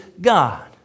God